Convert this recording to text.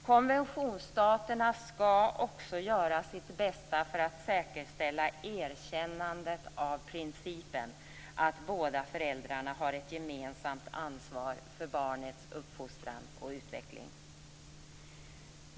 Konventionsstaterna skall också göra sitt bästa för att säkerställa erkännandet av principen att båda föräldrarna har ett gemensamt ansvar för barnets uppfostran och utveckling.